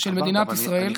של מדינת ישראל,